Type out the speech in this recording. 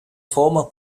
former